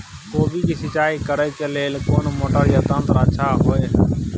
कोबी के सिंचाई करे के लेल कोन मोटर या यंत्र अच्छा होय है?